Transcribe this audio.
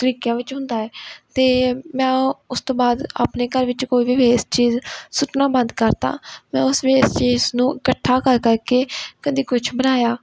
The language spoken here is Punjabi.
ਤਰੀਕਿਆਂ ਵਿੱਚ ਹੁੰਦਾ ਹੈ ਅਤੇ ਮੈਂ ਉਸ ਤੋਂ ਬਾਅਦ ਆਪਣੇ ਘਰ ਵਿੱਚ ਕੋਈ ਵੀ ਵੇਸਟ ਚੀਜ਼ ਸੁੱਟਣਾ ਬੰਦ ਕਰਤਾ ਮੈਂ ਉਸ ਵੇਸਟ ਚੀਜ਼ ਨੂੰ ਇਕੱਠਾ ਕਰ ਕਰ ਕੇ ਕਦੇ ਕੁਝ ਬਣਾਇਆ